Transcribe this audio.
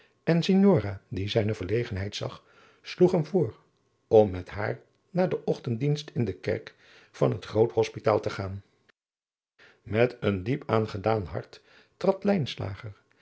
en signora die zijne verlegenheid zag sloeg hem voor om met haar naar den ochtenddienst in de kerk van het groot hospitaal te gaan met een diep aangedaan hart trad